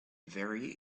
very